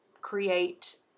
create